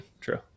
True